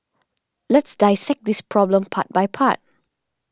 let's dissect this problem part by part